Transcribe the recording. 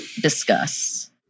discuss